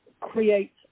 create